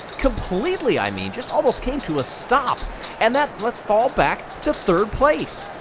completely, i mean just almost came to a stop and that let's fall back to third place.